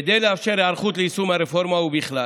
כדי לאפשר היערכות ליישום הרפורמה, ובכלל